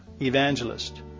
evangelist